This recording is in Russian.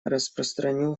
распространю